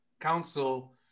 council